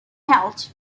held